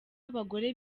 abagore